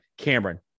Cameron